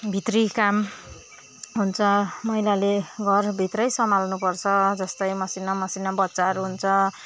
भित्री काम हुन्छ महिलाले घरभित्रै सम्हालनु पर्छ जस्तै मसिनो मसिनो बच्चाहरू हुन्छ